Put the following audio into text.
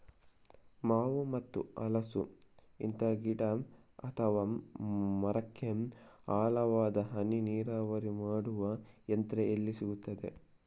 ಮಾವು ಮತ್ತು ಹಲಸು, ಇಂತ ಗಿಡ ಅಥವಾ ಮರಕ್ಕೆ ಆಳವಾದ ಹನಿ ನೀರಾವರಿ ಮಾಡುವ ಯಂತ್ರ ಎಲ್ಲಿ ಸಿಕ್ತದೆ?